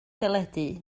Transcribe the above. deledu